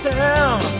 town